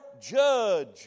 judge